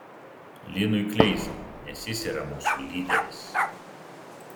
linui kleizai nes jis yra mūsų lyderis